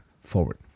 forward